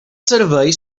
servei